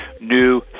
new